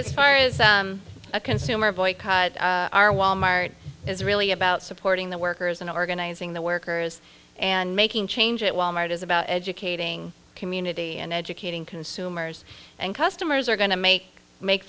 is a consumer boycott our walmart is really about supporting the workers and organizing the workers and making change at walmart is about educating community and educating consumers and customers are going to make make